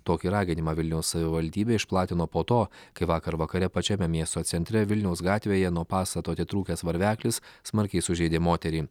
tokį raginimą vilniaus savivaldybė išplatino po to kai vakar vakare pačiame miesto centre vilniaus gatvėje nuo pastato atitrūkęs varveklis smarkiai sužeidė moterį